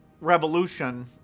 revolution